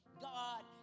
God